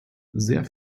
sehr